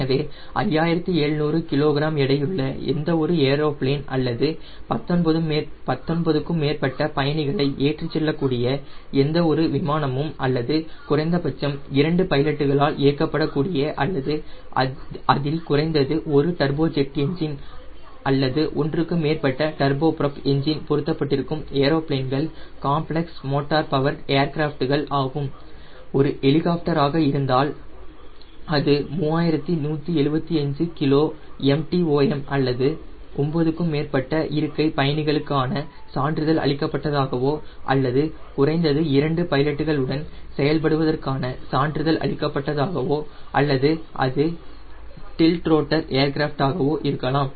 எனவே 5700 kg எடையுள்ள எந்தவொரு ஏரோபிளேன் அல்லது 19 க்கும் மேற்பட்ட பயணிகளை ஏற்றிச் செல்லக்கூடிய எந்தவொரு விமானமும் அல்லது குறைந்தபட்சம் இரண்டு பைலட்டுகளால் இயக்கப்பட கூடிய அல்லது அதில் குறைந்தது ஒரு டர்போஜெட் என்ஜின் அல்லது ஒன்றுக்கு மேற்பட்ட டர்போபுராப் எஞ்சின் பொருத்தப்பட்டிருக்கும் ஏரோபிளேன் கள் காம்ப்ளக்ஸ் மோட்டார் பவர்டு ஏர்கிராஃப்ட் ஆகும் ஒரு ஹெலிகாப்டர் ஆக இருந்தால் அது 3175 கிலோ MTOM அல்லது 9 க்கும் மேற்பட்ட இருக்கை பயணிகளுக்கான சான்றிதழ் அளிக்கப்பட்டதாகவோ அல்லது குறைந்தது இரண்டு பைலட்டுகள் உடன் செயல்படுவதற்கான சான்றிதழ் அளிக்கப்பட்டதாகவோ அல்லது அது டில்ட்ரோட்டர் ஏர்கிராப்ட் ஆகவோ இருக்கலாம்